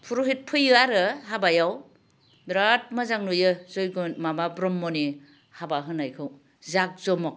फुर'हित फैयो आरो हाबायाव बेराद मोजां नुयो जैग' माबा ब्रह्मनि हाबा होनायखौ जाग जमग